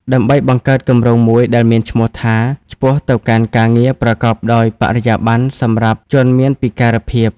ដើម្បីបង្កើតគម្រោងមួយដែលមានឈ្មោះថា "ឆ្ពោះទៅកាន់ការងារប្រកបដោយបរិយាប័ន្នសម្រាប់ជនមានពិការភាព"។